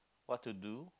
what to do